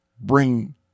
bring